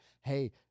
Hey